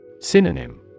Synonym